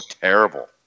terrible